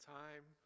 time